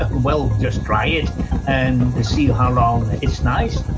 ah well, just try it and see how long, it's nice.